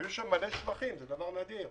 היו שם הרבה שבחים וזה דבר נדיר,